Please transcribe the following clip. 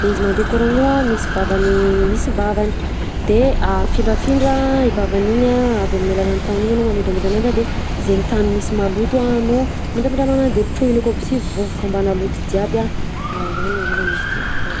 de izy mandeha courant io a misy vavany misy vavany de afindrafindra io vavany io avy amin'alalan'ny tahony iny enao mamindramindra ananjy de zegny tany misy maloto a no amindramindranao ananjy de trohany akao aby si vovoka mbana loto jiaby a zany angamany ny aspiratera.